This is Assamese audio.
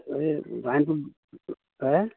এই লাইনটো